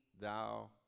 thou